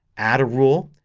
add a rule,